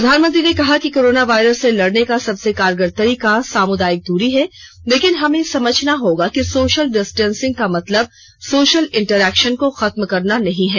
प्रधानमंत्री ने कहा कि कोरोना वायरस से लड़ने का सबसे कारगर तरीका सामुदायिक दूरी है लेकिन हमें समझना होगा कि सोषल डिस्टेंसिंग का मतलब सोषल इंटरेक्षन को खत्म करना नहीं है